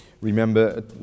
Remember